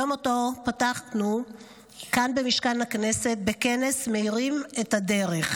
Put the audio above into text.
יום שפתחנו כאן במשכן הכנסת בכנס "מאירים את הדרך",